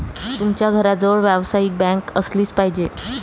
तुमच्या घराजवळ व्यावसायिक बँक असलीच पाहिजे